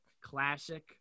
Classic